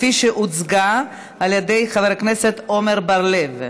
כפי שהוצגה על ידי חבר הכנסת עמר בר-לב.